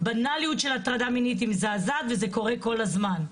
בנאליות של הטרדה מינית היא מזעזעת וזה קורה כל הזמן.